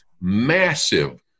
massive